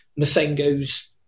Masengo's